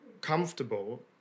comfortable